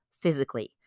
physically